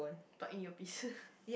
plug in earpiece